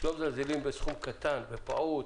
שלא מזלזלים בסכום קטן ופעוט.